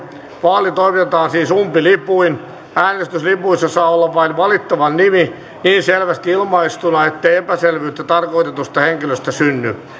vaali toimitetaan siis umpilipuin äänestyslipussa saa olla vain valittavan nimi niin selvästi ilmaistuna ettei epäselvyyttä tarkoitetusta henkilöstä synny